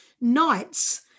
nights